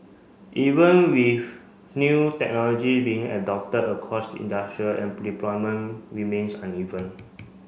even with new technology being adopted across the industrial deployment remains uneven